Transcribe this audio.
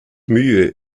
mühe